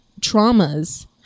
traumas